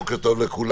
בוקר טוב לכולם,